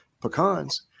pecans